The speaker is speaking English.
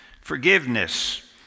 forgiveness